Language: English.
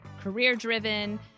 career-driven